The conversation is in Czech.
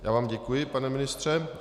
Já vám děkuji, pane ministře.